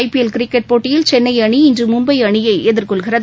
ஜ PL cricket போட்டியில் சென்னைஅணிஇன்றுமும்பைஅணியைஎதிர்கொள்கிறது